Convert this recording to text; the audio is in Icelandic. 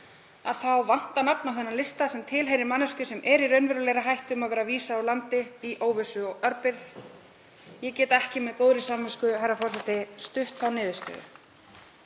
þá vantar nafn á þennan lista sem tilheyrir manneskju sem er í raunverulegri hættu á að vera vísað úr landi í óvissu og örbirgð. Ég get ekki með góðri samvisku, herra forseti, stutt þá niðurstöðu.